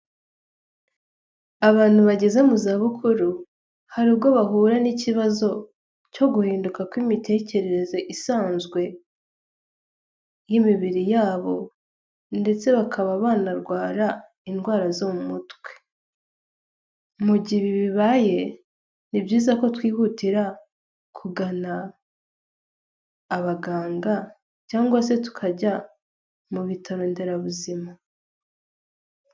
Abantu bageze mu za bukuru, hari ubwo bahura n'ikibazo cyo guhinduka kw'imitekerereze isanzwe y'imibiri yabo ndetse bakaba banarwara indwara zo mu mutwe, mu gihe ibi bibaye ni byiza ko twihutira kugana abaganga cyangwa se tukajya mu bitaro nderabuzima.